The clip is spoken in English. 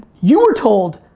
you were told,